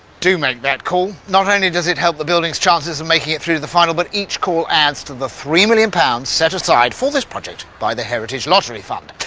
do make that call, not only does it help the buildings' chances of and making it through to the final but each call adds to the three million pounds set aside for this project by the heritage lottery fund.